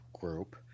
group